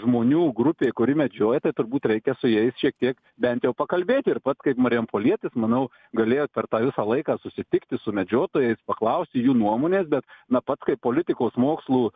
žmonių grupė kuri medžioja tai turbūt reikia su jais šiek tiek bent jau pakalbėti ir pats kaip marijampolietis manau galėjot per tą visą laiką susitikti su medžiotojais paklausti jų nuomonės bet na pats kaip politikos mokslų